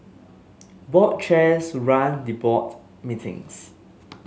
board chairs run the board meetings